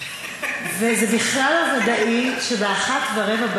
זה בכלל לא ודאי שב-01:15,